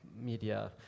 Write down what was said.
media